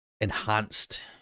enhanced